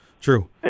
true